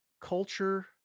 culture